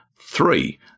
Three